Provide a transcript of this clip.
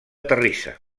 terrissa